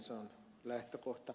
se on lähtökohta